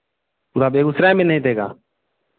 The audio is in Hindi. पूरा बेगूसराय में नहीं देगा